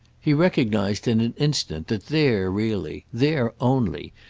he recognised in an instant that there really, there only,